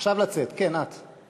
עכשיו לצאת, כן, את.